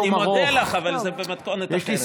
אני מודה לך, אבל זה במתכונת אחרת.